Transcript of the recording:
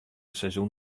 seizoen